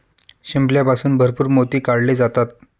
शिंपल्यापासून भरपूर मोती काढले जातात